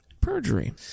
Perjury